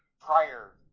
prior